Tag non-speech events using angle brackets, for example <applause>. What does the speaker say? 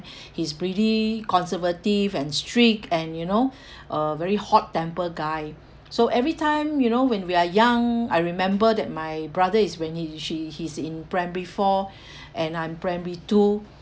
<breath> he's pretty conservative and strict and you know <breath> uh very hot temper guy so every time you know when we are young I remember that my brother is when he she he's in primary four <breath> and I'm primary two